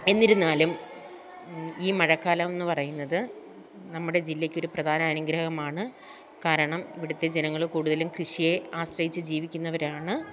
എന്നിരുന്നാലും ഈ മഴക്കാലം എന്ന് പറയുന്നത് നമ്മുടെ ജില്ലയ്ക്കൊരു പ്രധാന അനുഗ്രഹമാണ് കാരണം ഇവിടത്തെ ജനങ്ങൾ കൂടുതലും കൃഷിയെ ആശ്രയിച്ച് ജീവിക്കുന്നവരാണ്